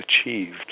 achieved